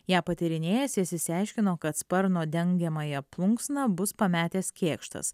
ją patyrinėjęs jis išsiaiškino kad sparno dengiamąją plunksną bus pametęs kėkštas